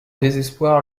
désespoir